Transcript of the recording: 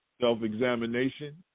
self-examination